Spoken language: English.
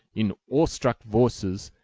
in awe-struck voices,